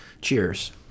cheers